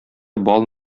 бал